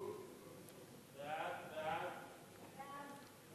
סעיף 1